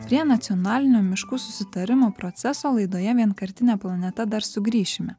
prie nacionalinio miškų susitarimo proceso laidoje vienkartinė planeta dar sugrįšime